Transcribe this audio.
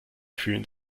fühlen